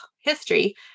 history